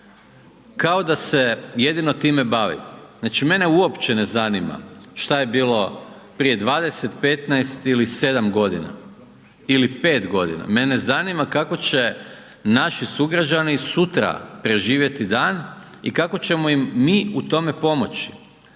kao da se jedino time bavi. Znači mene uopće ne zanima šta je bilo prije 20, 15 ili 7 godina ili 5 godina, mene zanima kako će naši sugrađani sutra preživjeti dan i kako ćemo im mi u tome pomoći.